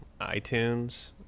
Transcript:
itunes